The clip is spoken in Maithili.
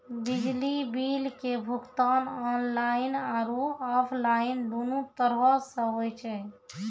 बिजली बिल के भुगतान आनलाइन आरु आफलाइन दुनू तरहो से होय छै